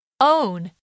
Own